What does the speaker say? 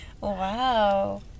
Wow